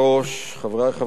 חברי חברי הכנסת,